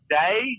day